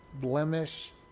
blemish